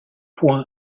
restera